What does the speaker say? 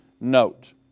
Note